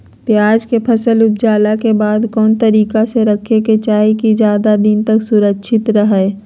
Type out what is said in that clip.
प्याज के फसल ऊपजला के बाद कौन तरीका से रखे के चाही की ज्यादा दिन तक सुरक्षित रहय?